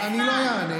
טוב, אני לא אענה.